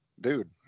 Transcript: dude